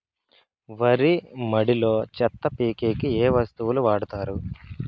వరి మడిలో చెత్త పీకేకి ఏ వస్తువులు వాడుతారు?